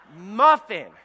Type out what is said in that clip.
muffin